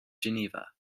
geneva